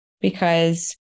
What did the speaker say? Because-